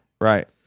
right